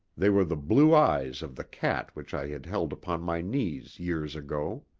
they were the blue eyes of the cat which i had held upon my knees years ago.